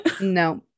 No